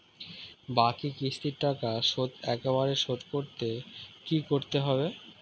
বাকি কিস্তির টাকা শোধ একবারে শোধ করতে কি করতে হবে?